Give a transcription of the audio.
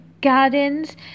Gardens